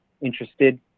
interested